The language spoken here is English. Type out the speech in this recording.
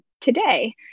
today